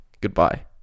goodbye